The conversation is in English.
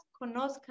conozcan